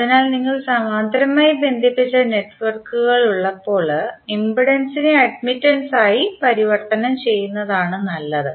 അതിനാൽ നിങ്ങൾക്ക് സമാന്തരമായി ബന്ധിപ്പിച്ച നെറ്റ്വർക്കുകൾ ഉള്ളപ്പോൾ ഇംപെഡൻസിനെ അട്മിറ്റെൻസ് ആയി പരിവർത്തനം ചെയ്യുന്നതാണ് നല്ലത്